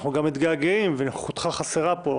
אנחנו גם מתגעגעים ונוכחותך הפיזית חסרה פה,